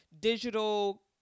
digital